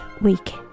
week